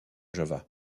java